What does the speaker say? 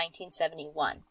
1971